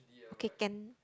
okay can